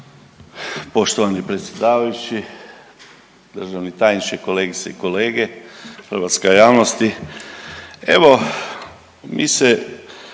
Poštovani predsjedavajući, državni tajniče, kolegice i kolege, hrvatska javnosti. Evo mi se